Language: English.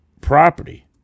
property